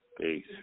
Peace